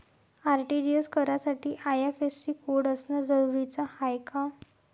RTGS करासाठी IFSC code असनं जरुरीच हाय का?